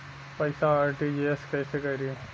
पैसा आर.टी.जी.एस कैसे करी?